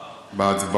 בעד.